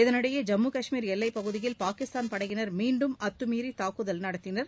இதனிடையே ஜம்மு கஷ்மீர் எல்லைப்பகுதியில் பாகிஸ்தான் படையினர் மீன்டும் அத்துமீறி தாக்குதல் நடத்தினர்